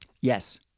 Yes